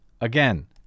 again